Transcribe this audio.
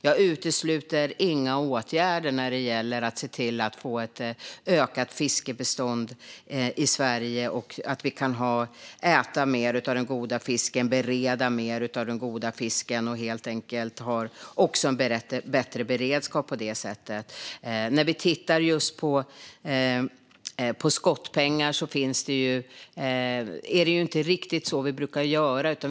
Jag utesluter inga åtgärder när det gäller att se till att få ett ökat fiskbestånd i Sverige, så att vi kan äta mer av den goda fisken, bereda mer av den goda fisken och på det sättet ha en bättre beredskap. När det gäller skottpengar kan jag säga att det inte riktigt är så vi brukar göra.